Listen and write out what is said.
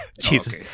Jesus